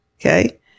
Okay